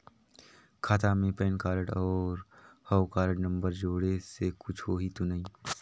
खाता मे PAN card और हव कारड नंबर जोड़े से कुछ होही तो नइ?